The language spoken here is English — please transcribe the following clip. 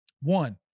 One